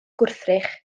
gwrthrych